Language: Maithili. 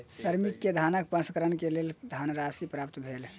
श्रमिक के धानक प्रसंस्करणक लेल किछ धनराशि प्राप्त भेल